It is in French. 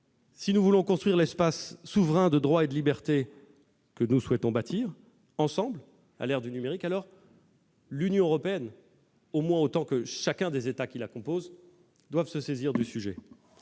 Si nous voulons construire l'espace souverain de droits et de libertés que nous souhaitons bâtir ensemble à l'heure du numérique, alors l'Union européenne, au moins autant que chacun des États qui la composent, doit se saisir du sujet.